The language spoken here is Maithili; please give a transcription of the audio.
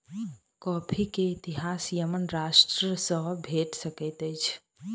कॉफ़ी के इतिहास यमन राष्ट्र सॅ भेट सकैत अछि